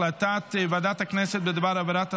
אני קובע כי החלטת ועדת הפנים והגנת הסביבה בדבר הפיצול